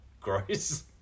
gross